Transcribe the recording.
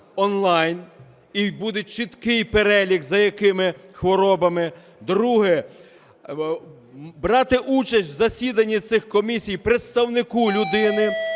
і буде чіткий перелік, за якими хворобами. Друге. Брати участь в засіданні цих комісій представнику людини,